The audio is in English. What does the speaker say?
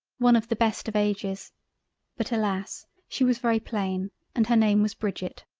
one of the best of ages but alas! she was very plain and her name was bridget.